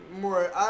more